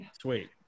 sweet